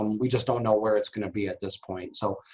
um we just don't know where it's going to be at this point. so,